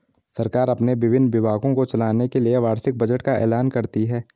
सरकार अपने विभिन्न विभागों को चलाने के लिए वार्षिक बजट का ऐलान करती है